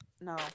No